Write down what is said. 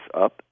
up